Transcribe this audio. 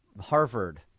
Harvard